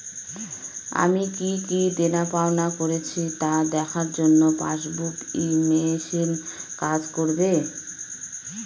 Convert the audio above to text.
আমি কি কি দেনাপাওনা করেছি তা দেখার জন্য পাসবুক ই মেশিন কাজ করবে?